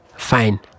Fine